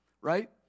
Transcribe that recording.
right